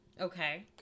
Okay